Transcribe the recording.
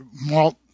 malt